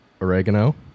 Oregano